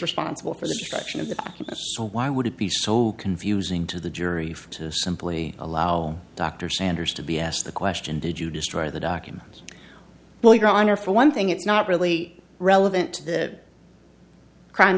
responsible for the destruction of the so why would it be so confusing to the jury for to simply allow dr sanders to be asked the question did you destroy the documents well your honor for one thing it's not really relevant to the crime